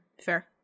Fair